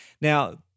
Now